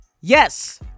Yes